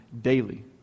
daily